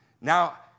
Now